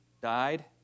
died